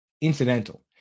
incidental